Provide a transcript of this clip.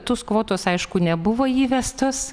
tos kvotos aišku nebuvo įvestos